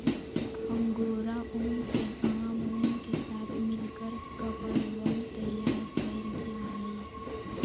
angora ऊन के आम ऊन के साथ मिलकर कपड़वन तैयार कइल जाहई